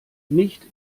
nicht